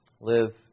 Live